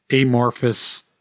amorphous